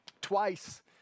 Twice